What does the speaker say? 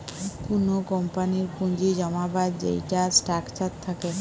কুনো কোম্পানির পুঁজি জমাবার যেইটা স্ট্রাকচার থাকে